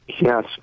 Yes